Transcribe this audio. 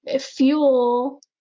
fuel